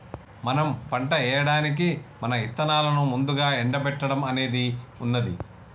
మనం పంట ఏయడానికి మా ఇత్తనాలను ముందుగా ఎండబెట్టడం అనేది ఉన్నది